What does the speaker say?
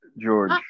George